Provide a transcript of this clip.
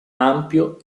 ampio